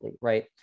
right